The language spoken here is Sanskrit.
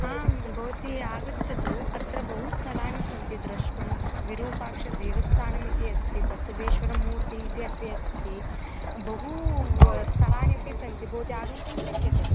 आं भवती आगच्छतु अत्र बहु स्थलानि सन्ति द्रष्टुं विरूपाक्षदेवस्थानमिति अस्ति बसवेश्वरमूर्तिः इति अपि अस्ति बहू स्थलानि अपि सन्ति भवति आगन्तुं शक्यते